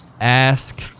ask